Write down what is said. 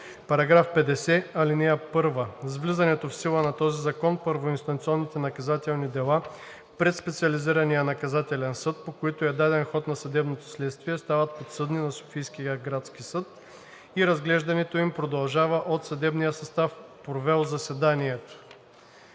става § 50: „§ 50. (1) С влизането в сила на този закон първоинстанционните наказателни дела пред Специализирания наказателен съд, по които е даден ход на съдебното следствие, стават подсъдни на Софийския градски съд и разглеждането им продължава от съдебния състав, провел заседанието.